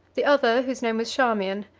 the other, whose name was charmian,